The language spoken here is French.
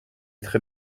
très